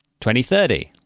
2030